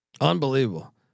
unbelievable